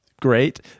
great